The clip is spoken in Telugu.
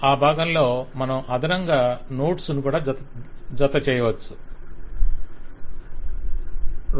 ఈ భాగంలో మనం అదనంగా నోట్స్ ను జతచేయవచ్చు ఇలాగ